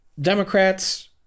Democrats